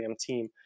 team